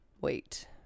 wait